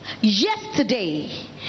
yesterday